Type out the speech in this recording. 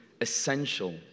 essential